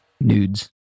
nudes